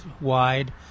wide